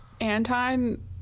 Anton